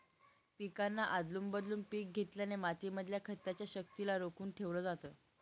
पिकांना आदलून बदलून पिक घेतल्याने माती मधल्या खताच्या शक्तिला रोखून ठेवलं जातं